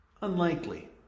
Unlikely